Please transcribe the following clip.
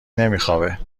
نمیخوابه